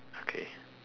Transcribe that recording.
okay